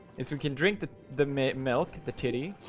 is we can drink the the milk milk the titty